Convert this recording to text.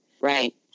Right